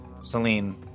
Celine